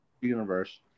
Universe